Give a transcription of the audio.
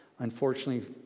Unfortunately